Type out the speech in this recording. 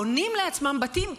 בונים לעצמם בתים,